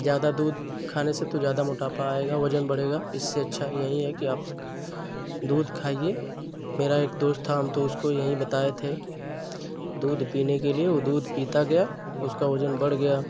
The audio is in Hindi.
ज़्यादा दूध खाने से तो ज़्यादा मोटापा आएगा वज़न बढ़ेगा इससे अच्छा यही है कि आप दूध खाइए मेरा एक दोस्त था हम तो उसको यही बताए थे दूध पीने के लिए वह दूध पीता गया उसका वज़न बढ़ गया